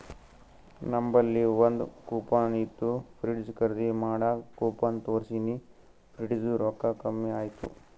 ನಂಬಲ್ಲಿ ಒಂದ್ ಕೂಪನ್ ಇತ್ತು ಫ್ರಿಡ್ಜ್ ಖರ್ದಿ ಮಾಡಾಗ್ ಕೂಪನ್ ತೋರ್ಸಿನಿ ಫ್ರಿಡ್ಜದು ರೊಕ್ಕಾ ಕಮ್ಮಿ ಆಯ್ತು